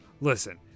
Listen